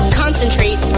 concentrate